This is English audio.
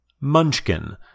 Munchkin